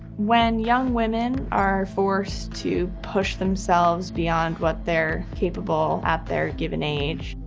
when young women are forced to push themselves beyond what they're capable at their given age,